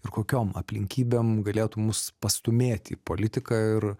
ir kokiom aplinkybėm galėtų mus pastūmėti į politiką ir